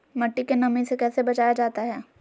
मट्टी के नमी से कैसे बचाया जाता हैं?